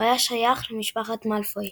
הוא היה שייך למשפחת מאלפוי.